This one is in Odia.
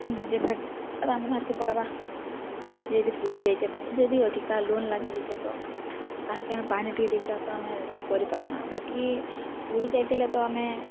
ନିଜେ ଫେର୍ ରାନ୍ଧବାର୍କେ ପଡ଼୍ବା ଯଦି ପୁଡ଼ି ଯାଇଛେ ତ ଯଦି ଅଧିକା ଲୁନ୍ ଲାଗିଯାଇଛେ ତ ତାହାକେ ଆମେ ପାଣି ଟିକେ ଦେଇକିନା ତ ଆମେ ସେଟା କରିପାର୍ମା ବାକି ପୁଡ଼ି ଯାଇଥିଲେ ତ ଆମେ